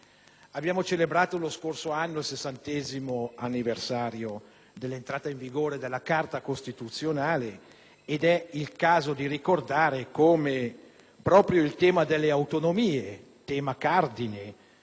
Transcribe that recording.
Abbiamo celebrato lo scorso anno il 60° anniversario dell'entrata in vigore della Carta costituzionale, ed è il caso di ricordare come proprio il tema delle autonomie (tema cardine